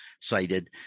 cited